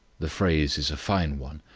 the phrase is a fine one,